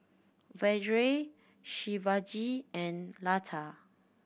Vedre Shivaji and Lata